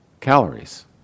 Calories